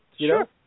Sure